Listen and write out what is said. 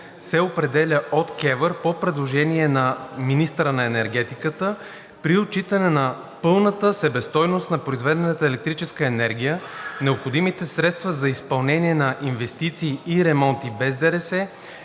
се определя от КЕВР по предложение на министъра на енергетиката при отчитане на пълната себестойност на произведената електрическа енергия, необходимите средства за изпълнение на инвестиции и ремонти без ДДС,